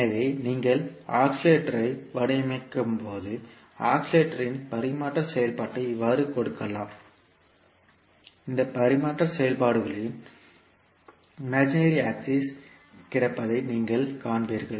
எனவே நீங்கள் ஆஸிலேட்டரை வடிவமைக்கும்போது ஆஸிலேட்டரின் பரிமாற்ற செயல்பாட்டை இவ்வாறு கொடுக்கலாம் இந்த பரிமாற்ற செயல்பாடுகளின் போல்ஸ் இமேஜனரி ஆக்சிஸ் கிடப்பதை நீங்கள் காண்பீர்கள்